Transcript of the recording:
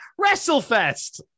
WrestleFest